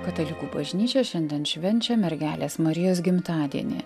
katalikų bažnyčia šiandien švenčia mergelės marijos gimtadienį